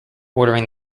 ordering